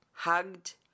hugged